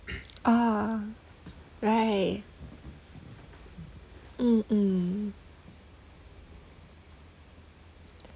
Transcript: ah right mm mm